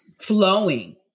flowing